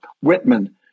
Whitman